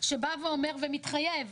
שבא ואומר ומתחייב